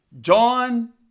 John